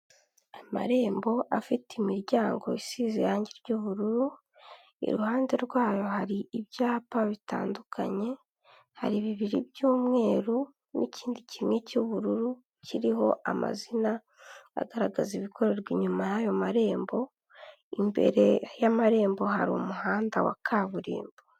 Amarembo afite imiryango isize irange ry'ubururu iruhande rwayo hari ibyapa bitandukanye, hari bibiri by'umweru n'ikindi kimwe cy'ubururu kiriho amazina agaragaza ibikorerwa inyuma y'ayo marembo, imbere y'amarembo hari umuhanda wa kaburimbo.